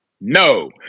No